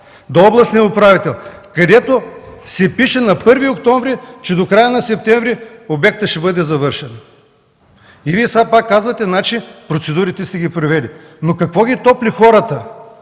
до областния управител, където на 1 октомври се пише, че до края на септември обектът ще бъде завършен. Вие сега пак казвате – процедурите сте ги провели. Какво ги топли хората